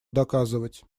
доказывать